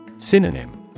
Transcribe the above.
Synonym